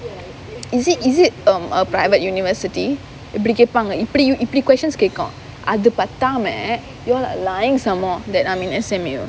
is it is it um a private university இப்படி கேப்பாங்க இப்படி இப்படி:ippadi keppaanga ippadi ippadi questions கேக்கும் அது பத்தாம:kekkum athu pathaama you are lying some more that I'm in S_M_U